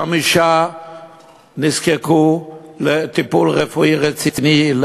חמישה נזקקו לטיפול רפואי רציני,